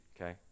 okay